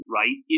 right